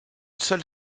seule